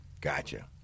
Gotcha